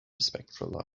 spectral